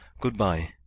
good-bye